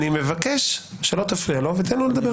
אני מבקש שלא תפריע לו ותיתן לו לדבר.